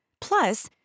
Plus